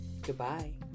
Goodbye